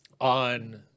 on